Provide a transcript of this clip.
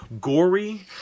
gory